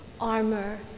armor